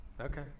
Okay